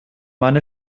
meine